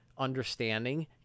understanding